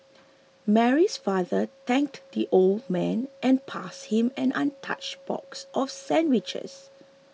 Mary's father thanked the old man and passed him an untouched box of sandwiches